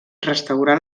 restaurar